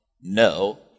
No